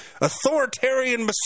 authoritarian